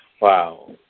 Wow